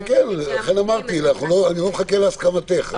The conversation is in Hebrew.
לכן אמרתי שאני לא מחכה להסכמתך.